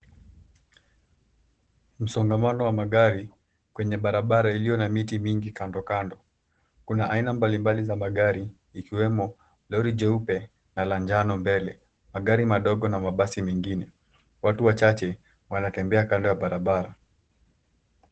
Msongamano wa magari, kwenye barabara iliyo na miti mingi kando kando. Kuna aina mbalimbali za magari, ikiwemo lori jeupe na la njano mbele. Magari madogo na mabasi mengine, watu wachache wanatembea kando ya barabara.